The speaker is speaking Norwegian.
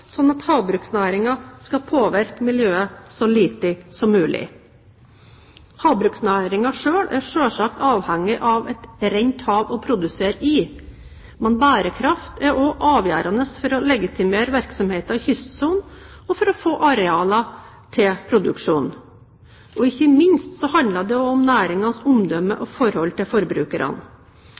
at havbruksnæringen skal påvirke miljøet så lite som mulig. Havbruksnæringen selv er selvsagt avhengig av et rent hav å produsere i, men bærekraft er også avgjørende for å legitimere virksomheten i kystsonen og for å få arealer til produksjon. Ikke minst handler det om næringens omdømme og forhold til forbrukerne.